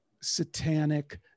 satanic